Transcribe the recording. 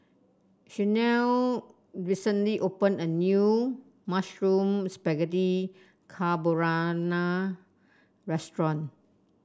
Shanelle recently opened a new Mushroom Spaghetti Carbonara Restaurant